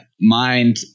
mind